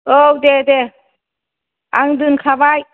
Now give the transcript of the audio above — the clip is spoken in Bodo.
औ दे दे आं दोनखाबाय